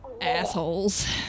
assholes